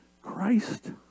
Christ